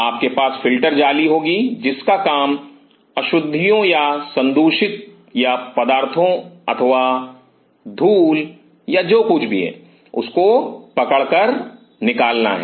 आपके पास फिल्टर जाली होगी जिसका काम अशुद्धियों या संदूषित या पदार्थों अथवा धूल या जो कुछ भी है उसे पकड़ कर निकालना है